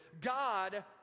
God